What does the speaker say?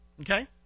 Okay